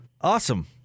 Awesome